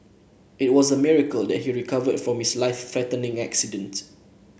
it was a miracle that he recovered from his life threatening accident